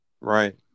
Right